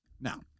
Now